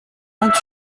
vingt